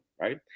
right